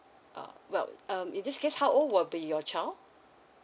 uh well um in this case how old will be your child